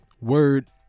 word